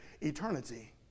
eternity